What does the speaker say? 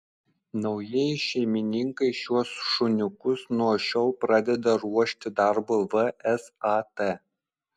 naujieji šeimininkai šiuos šuniukus nuo šiol pradeda ruošti darbui vsat